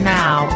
now